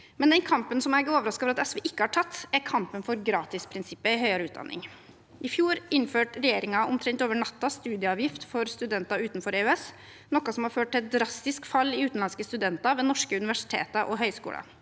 år. Den kampen jeg imidlertid er overrasket over at SV ikke har tatt, er kampen for gratisprinsippet i høyere utdanning. I fjor innførte regjeringen omtrent over natten studieavgift for studenter utenfor EØS, noe som har ført til et drastisk fall i antall utenlandske studenter ved norske universiteter og høyskoler.